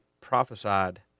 prophesied